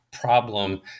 problem